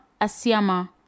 Asiama